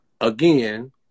again